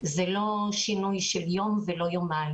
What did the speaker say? זה לא שינוי של יום ולא יומיים.